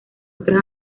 otras